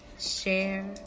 Share